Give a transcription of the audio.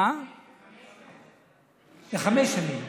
חמש שנים.